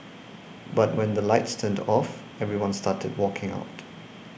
but when the lights turned off everyone started walking out